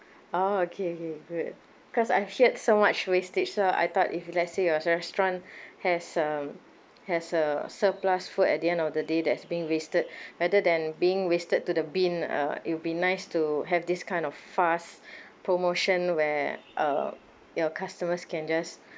oh okay okay great because I have heard so much wastage so I thought if let's say your restaurant has um has uh surplus food at the end of the day that's being wasted rather than being wasted to the bin uh it would be nice to have this kind of fast promotion where uh your customers can just